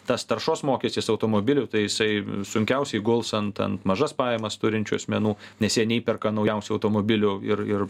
tas taršos mokestis automobilių tai jisai sunkiausiai guls ant ant mažas pajamas turinčių asmenų nes jie neįperka naujausių automobilių ir ir